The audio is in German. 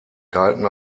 galten